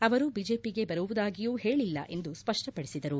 ಅವರು ಬಿಜೆಪಿಗೆ ಬರುವುದಾಗಿಯೂ ಹೇಳಿಲ್ಲ ಎಂದು ಸ್ವಷ್ಟಪಡಿಸಿದರು